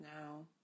Now